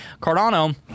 Cardano